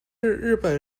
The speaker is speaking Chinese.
日本